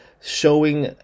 showing